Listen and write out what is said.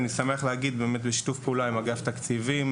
אני שמח להגיד באמת בשיתוף פעולה עם אגף תקציבים